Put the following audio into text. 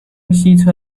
西侧